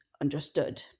understood